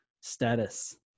status